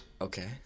okay